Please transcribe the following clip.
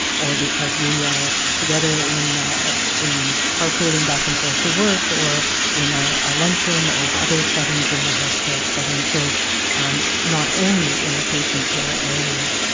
or because we are together in in carpooling back and forth to work or a ah ah lunchroom or other settings in the healthcare setting. so not only in the patient care areas.